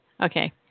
Okay